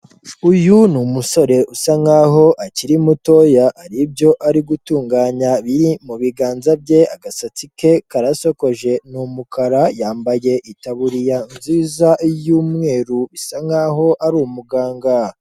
Uyu ni umusore usa nkaho akiri mutoya, hari ibyo ari gutunganya biri mu biganza bye, agasatsi ke karasokoje ni umukara, yambaye itaburiya nziza y'umweru bisa nkaho ari umuganga.